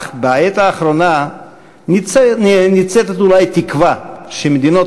אך בעת האחרונה ניצתת אולי תקווה שמדינות